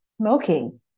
smoking